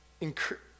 encourage